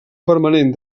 permanent